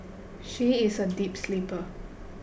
she is a deep sleeper